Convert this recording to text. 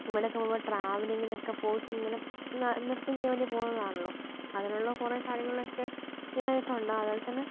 ഇവിടെയൊക്കെ പോകുമ്പോൾ ട്രവലിങ്ങിനൊക്കെ പോയിട്ടിങ്ങനെ ന നൃത്തം ചെയ്യാൻ വേണ്ടി പോകുന്നതാണല്ലോ അതിനുള്ള കുറെ കാര്യങ്ങളൊക്കെ ഇതായിട്ടുണ്ട് അതുപോലെ തന്നെ